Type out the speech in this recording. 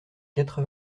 quatre